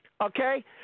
okay